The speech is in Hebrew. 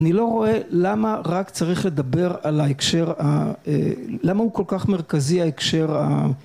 אני לא רואה למה רק צריך לדבר על ההקשר, למה הוא כל כך מרכזי ההקשר